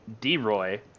D-Roy